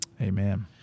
Amen